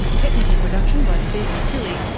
technical production by steven tilley,